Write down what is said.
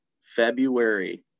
February –